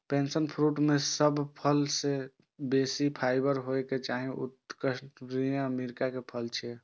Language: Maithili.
पैशन फ्रूट मे सब फल सं बेसी फाइबर होइ छै, जे उष्णकटिबंधीय अमेरिका के फल छियै